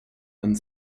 and